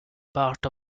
part